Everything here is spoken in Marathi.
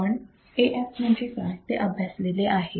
आपण Af म्हणजे काय ते अभ्यासलेले आहे